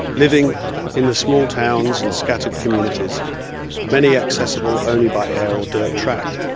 living in the small towns and scattered communities many accessible only by air or dirt track,